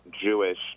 Jewish